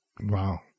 Wow